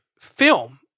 Film